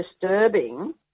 disturbing